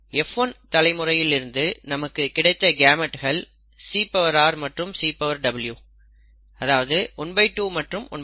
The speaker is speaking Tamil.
F1 தலைமுறையிலிருந்து நமக்கு கிடைத்த கேமெட்கள் CR மற்றும் CW அதாவது 12 மற்றும் 12